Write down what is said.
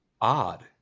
odd